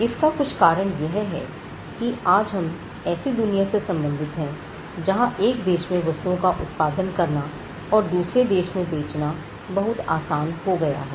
इसका कुछ कारण यह है कि आज हम ऐसी दुनिया से संबंधित हैं जहां एक देश में वस्तुओं का उत्पादन करना और दूसरे देश में बेचना बहुत आसान हो गया है